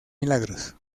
milagros